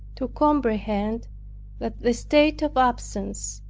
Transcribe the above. to comprehend that the state of absence,